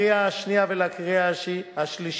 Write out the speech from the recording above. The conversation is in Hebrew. לקריאה שנייה ולקריאה שלישית.